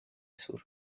sur